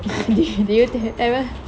do you tell everyone